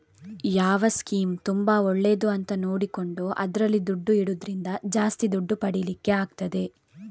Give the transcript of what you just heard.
ಯಾವ ಸ್ಕೀಮ್ ತುಂಬಾ ಒಳ್ಳೇದು ಅಂತ ನೋಡಿಕೊಂಡು ಅದ್ರಲ್ಲಿ ದುಡ್ಡು ಇಡುದ್ರಿಂದ ಜಾಸ್ತಿ ದುಡ್ಡು ಪಡೀಲಿಕ್ಕೆ ಆಗ್ತದೆ